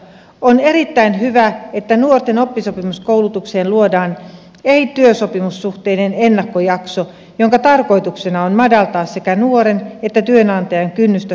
on erittäin hyvä että nuorten oppisopimuskoulutukseen luodaan ei työsopimussuhteinen ennakkojakso jonka tarkoituksena on madaltaa sekä nuoren että työnantajan kynnystä solmia oppisopimus